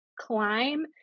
climb